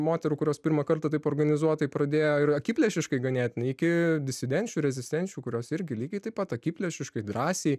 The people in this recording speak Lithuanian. moterų kurios pirmą kartą taip organizuotai pradėjo ir akiplėšiškai ganėtinai iki disidenčių ir rezistenčių kurios irgi lygiai taip pat akiplėšiškai drąsiai